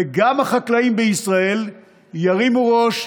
וגם החקלאים בישראל ירימו ראש,